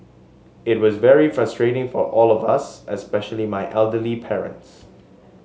it was very frustrating for all us especially my elderly parents